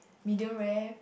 medium rare